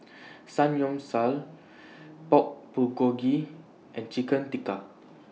Samgyeopsal Pork Bulgogi and Chicken Tikka